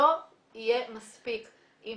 לא יהיה מספיק אם